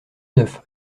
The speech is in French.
neuf